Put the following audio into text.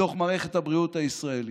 בתוך מערכת הבריאות הישראלית.